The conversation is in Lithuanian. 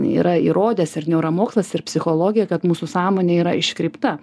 yra įrodęs ir neuromokslas ir psichologija kad mūsų sąmonė yra iškreipta